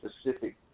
specific